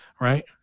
right